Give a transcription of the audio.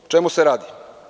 O čemu se radi?